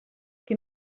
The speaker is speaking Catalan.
qui